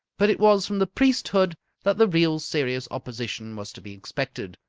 but it was from the priesthood that the real, serious opposition was to be expected.